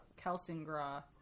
Kelsingra